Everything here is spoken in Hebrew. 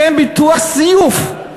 המינוח, השם "ביטוח" זיוף.